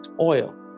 oil